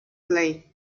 play